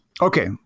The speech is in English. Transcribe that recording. Okay